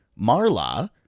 marla